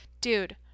dude